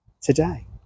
today